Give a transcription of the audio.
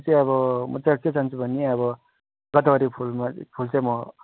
यो चाहिँ अब म चाहिँ के चाहन्छु भने अब गदावरी फुलमा फुल चाहिँ म